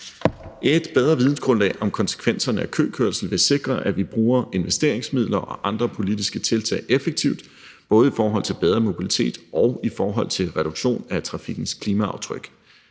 Et bedre vidensgrundlag om konsekvenserne af køkørsel vil sikre, at vi bruger investeringsmidler og andre politiske tiltag effektivt både i forhold til bedre mobilitet og i forhold til reduktion af trafikkens klimaaftryk.